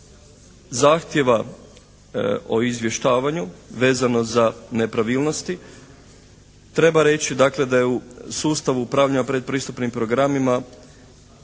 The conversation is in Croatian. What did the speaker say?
zahtjeva o izvještavanju, vezano za nepravilnosti. Treba reći dakle da je u sustavu upravljanja predpristupnim programima